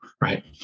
right